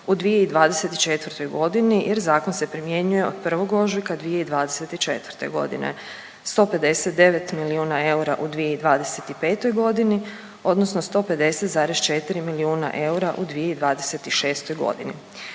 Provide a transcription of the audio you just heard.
u 2024.g. jer zakon se primjenjuje od 1. ožujka 2024.g., 159 milijuna eura u 2025.g. odnosno 150,4 milijuna eura u 2026.g.